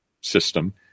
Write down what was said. system